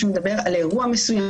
שמדבר על אירוע מסוים,